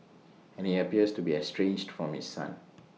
and he appears to be estranged from his son